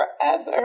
forever